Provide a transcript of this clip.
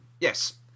yes